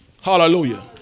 Hallelujah